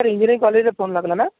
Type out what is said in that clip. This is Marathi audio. इंजिनीअरिंग कॉलेजला फोन लागला ना